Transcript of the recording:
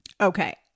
Okay